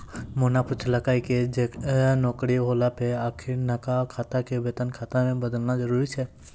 मोना पुछलकै जे नौकरी होला पे अखिनका खाता के वेतन खाता मे बदलना जरुरी छै?